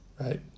right